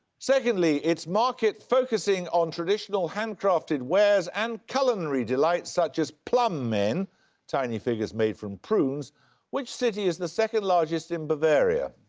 secondly, its market focusing on traditional handcrafted wares and culinary delights such as plum men tiny figures made from prunes which city is the second-largest in bavaria?